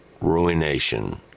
ruination